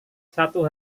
satu